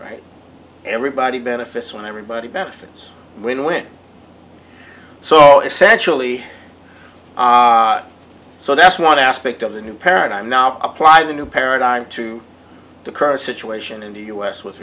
right everybody benefits when everybody benefits when when so essentially so that's one aspect of the new paradigm now apply the new paradigm to the current situation in the u s with